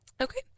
okay